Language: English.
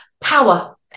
power